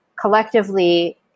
Collectively